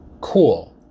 Cool